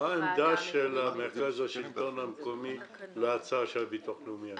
מה העמדה של מרכז השלטון המקומי להצעה של הביטוח לאומי היום?